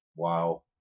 Wow